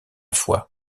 fois